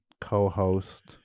co-host